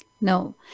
No